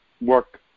work